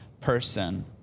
person